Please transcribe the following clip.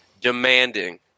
demanding